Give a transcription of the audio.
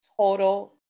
total